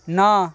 না